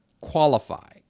qualify